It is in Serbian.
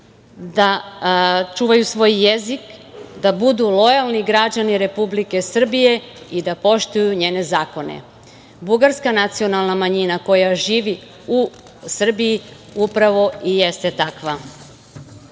da čuvaju svoj jezik, da budu lojalni građani Republike Srbije i da poštuju njene zakone. Bugarska nacionalna manjina koja živi u Srbiji upravo i jeste takva. Na